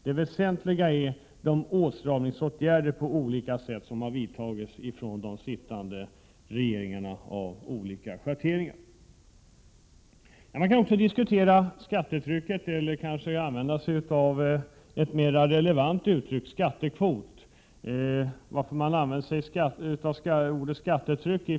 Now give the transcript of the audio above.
Det väsentliga är de olika åtstramningsåtgärder som har vidtagits av regeringar av olika schatteringar. Man kan också diskutera skattetrycket — jag vill kanske använda ett mer relevant ord, nämligen skattekvoten.